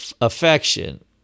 affection